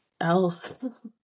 else